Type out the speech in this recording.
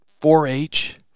4-H